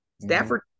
Stafford